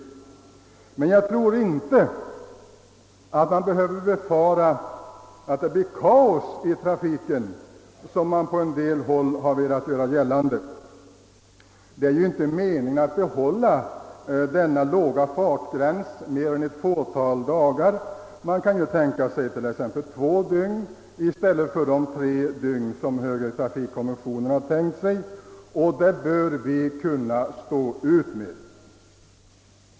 Men jag tror inte man behöver befara att det blir kaos i trafiken, något som man på en del håll velat göra gällande. Det är ju inte meningen att man skall ha denna låga fartgräns mer än ett fåtal dagar. Man kan tänka sig att den tillämpas två dygn i stället för de tre dygn som högertrafikkommissionen föreslagit, och det bör vi kunna stå ut med.